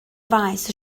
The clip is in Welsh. faes